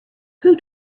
who